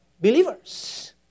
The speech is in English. believers